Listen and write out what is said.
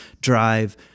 drive